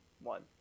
one